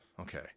okay